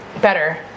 Better